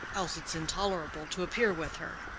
else it's intolerable to appear with her.